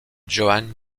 johan